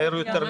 "מהר יותר"